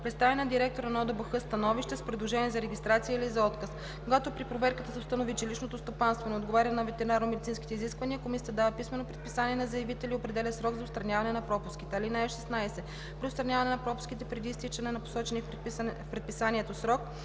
представя на директора на ОДБХ становище с предложение за регистрация или за отказ. Когато при проверката се установи, че личното стопанство не отговаря на ветеринарномедицинските изисквания, комисията дава писмено предписание на заявителя и определя срок за отстраняване на пропуските. (16) При отстраняване на пропуските преди изтичане на посочения в предписанието срок